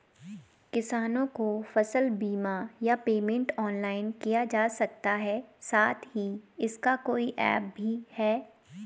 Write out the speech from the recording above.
किसानों को फसल बीमा या पेमेंट ऑनलाइन किया जा सकता है साथ ही इसका कोई ऐप भी है?